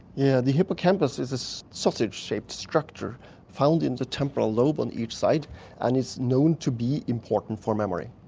yeah the hippocampus is sausage-shaped structure found in the temporal lobe on each side and is known to be important for memory.